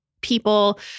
people